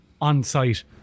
on-site